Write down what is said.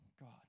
God